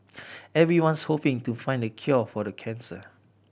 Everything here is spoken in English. everyone's hoping to find the cure for cancer